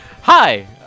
Hi